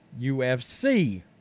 UFC